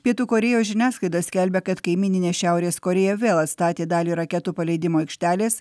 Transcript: pietų korėjos žiniasklaida skelbia kad kaimyninė šiaurės korėja vėl atstatė dalį raketų paleidimo aikštelės